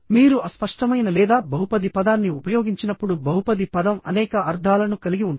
మీరు అస్పష్టమైన లేదా బహుపది పదాన్ని ఉపయోగించినప్పుడు బహుపది పదం అనేక అర్థాలను కలిగి ఉంటుంది